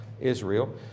Israel